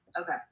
Okay